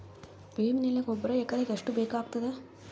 ಬೇವಿನ ಎಲೆ ಗೊಬರಾ ಎಕರೆಗ್ ಎಷ್ಟು ಬೇಕಗತಾದ?